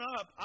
up